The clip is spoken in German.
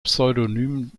pseudonym